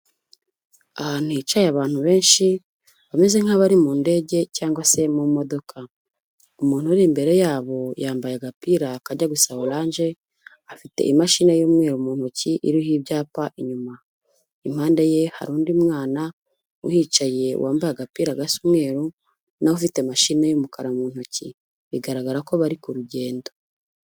Ahantu hicaye abantu benshi bameze nk'abari mu ndege cyangwa se mu modoka, umuntu uri imbere yabo yambaye agapira kajya gusa oranje, afite imashini y'umweru mu ntoki iriho ibyapa inyuma, impande ye hari undi mwana uhicaye wambaye agapira gasa umweru nawe ufite mashine y'umukara mu ntoki, bigaragara ko bari ku rugendo.